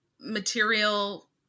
material